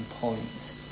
points